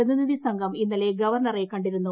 പ്രതിനിധി സംഘം ഇന്നലെ ഗവർണറെ കണ്ടിരുന്നു